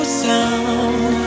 sound